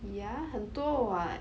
yeah 很多 [what]